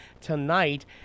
tonight